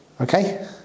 Okay